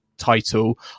title